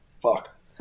Fuck